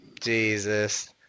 Jesus